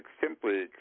simply